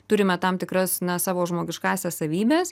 turime tam tikras ne savo žmogiškąsias savybes